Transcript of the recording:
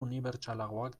unibertsalagoak